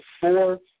four